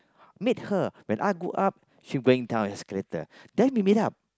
meet her when I go up she going down the escalator then we meet up